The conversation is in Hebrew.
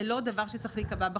זה לא דבר שצריך להיקבע בחוק.